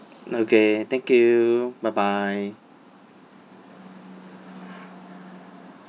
okay thank you bye bye